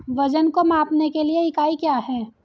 वजन को मापने के लिए इकाई क्या है?